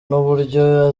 n’uburyo